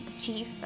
chief